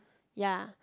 ya